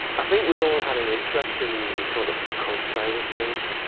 i think we all had an interest in the sort of, occult side of things.